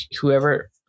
whoever